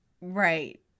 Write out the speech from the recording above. Right